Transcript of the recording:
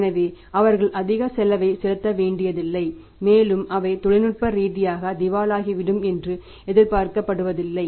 எனவே அவர்கள் அதிக செலவைச் செலுத்த வேண்டியதில்லை மேலும் அவை தொழில்நுட்ப ரீதியாக திவாலாகிவிடும் என்று எதிர்பார்க்கப்படுவதில்லை